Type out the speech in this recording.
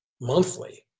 monthly